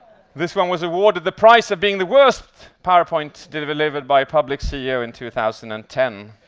this one was awarded the prize of being the worst powerpoint delivered by a public ceo in two thousand and ten.